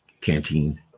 canteen